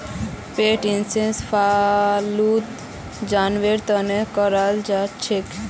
पेट insurance फालतू जानवरेर तने कराल जाछेक